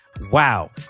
wow